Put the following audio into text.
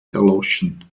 erloschen